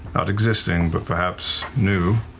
not existing, but perhaps new.